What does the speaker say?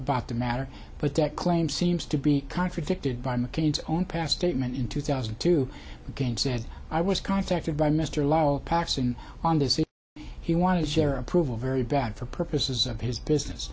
about the matter but that claim seems to be contradicted by mccain's own past statement in two thousand and two game said i was contacted by mr lowell passing on this if he wanted to share approval very bad for purposes of his business